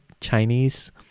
Chinese